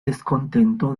descontento